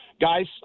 Guys